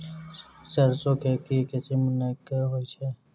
सैरसो केँ के किसिम नीक होइ छै?